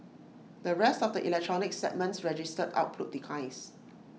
the rest of the electronics segments registered output declines